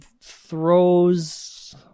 throws